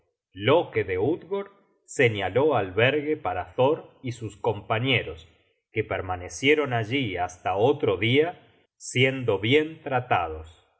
loke de utgord señaló albergue para thor y sus compañeros que permanecieron allí hasta otro dia siendo bien tratados